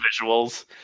visuals